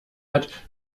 hat